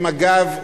במג"ב,